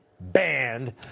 banned